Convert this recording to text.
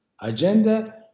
agenda